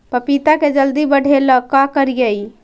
पपिता के जल्दी बढ़े ल का करिअई?